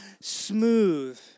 smooth